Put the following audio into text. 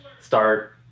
start